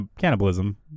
Cannibalism